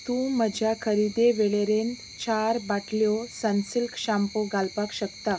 तूं म्हज्या खरेदी वेळेरेंत चार बाटल्यो सनसिल्क शॅम्पू घालपाक शकता